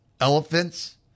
Elephants